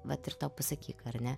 vat ir tau pasakyk ar ne